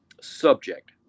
subject